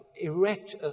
erect